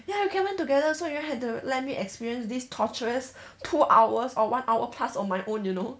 ya we can went together so you all had to let me experience this torturous two hours or one hour plus on my own you know